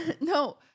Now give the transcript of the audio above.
No